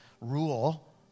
rule